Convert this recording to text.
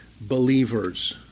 believers